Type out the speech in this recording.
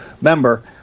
member